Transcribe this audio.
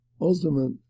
ultimate